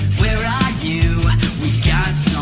where are you we got